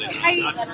tight